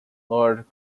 lord